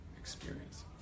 experience